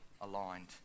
aligned